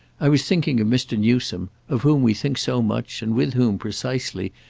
i was thinking of mr. newsome, of whom we think so much and with whom, precisely,